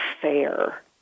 fair